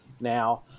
now